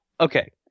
okay